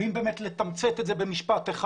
ואם באמת לתמצת את זה במשפט אחד,